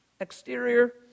exterior